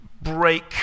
break